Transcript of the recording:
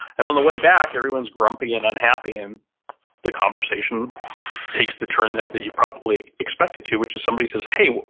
and on the way back, everyone's grumpy and unhappy. and the conversation takes the turn that that you probably expect it to, which is somebody says, hey,